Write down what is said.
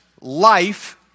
life